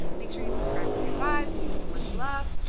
make sure you subscribe for good vibes. kiss the ones you love,